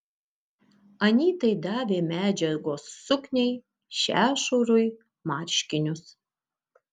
anytai davė medžiagos sukniai šešurui marškinius